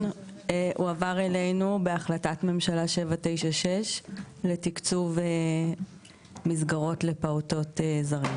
הועבר אלינו בהחלטת ממשלה 796 לתקצוב מסגרות לפעוטות זרים.